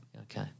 Okay